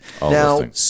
Now